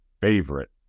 favorite